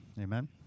Amen